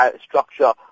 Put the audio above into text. structure